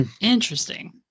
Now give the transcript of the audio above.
Interesting